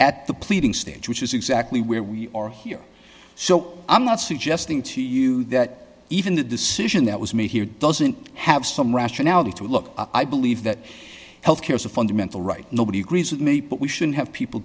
at the pleading stage which is exactly where we are here so i'm not suggesting to you that even the decision that was me here doesn't have some rationality to look i believe that health care is a fundamental right nobody agrees with me but we shouldn't have people